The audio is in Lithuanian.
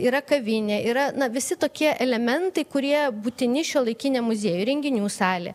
yra kavinė yra na visi tokie elementai kurie būtini šiuolaikiniam muziejui renginių salė